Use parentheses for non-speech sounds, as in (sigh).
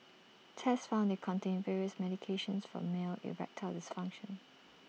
tests found they contained various medications for male erectile (noise) dysfunction